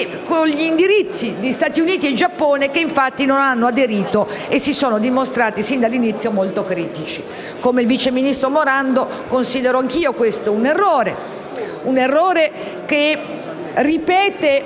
con gli indirizzi di Stati Uniti e Giappone, che infatti non hanno aderito e si sono dimostrati sin dall'inizio molto critici. Come il vice ministro Morando, anch'io considero questo un errore, che ripete